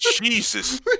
Jesus